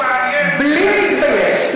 בלי להתבייש,